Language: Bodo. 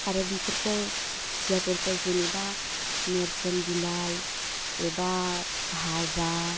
आरो बिफोरखौ खुसियाफोरखौ जेनेबा नेर्सोन बिलाइ एबा भाजा